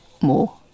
more